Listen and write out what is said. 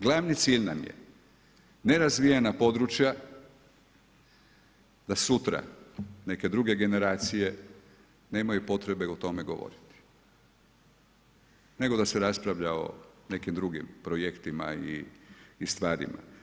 Glavni cilj nam je nerazvijena područja da sutra neke druge generacije nemaju potrebe o tome govoriti nego da se raspravlja o nekim drugim projektima i stvarima.